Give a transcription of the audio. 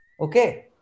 Okay